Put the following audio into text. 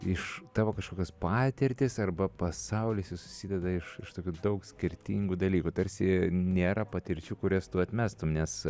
iš tavo kažkokios patirtys arba pasaulis jau susideda iš tokių daug skirtingų dalykų tarsi nėra patirčių kurias tu atmestum nes